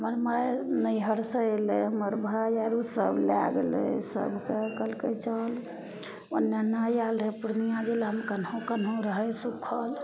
हमर माइ नैहरसँ अयलय हमर भाय अर उसब लए गेलय सबके कहलकय चल उन्ने नहि एल रहय पूर्णिया जिलामे कनहु रहय सूक्खल